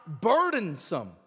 burdensome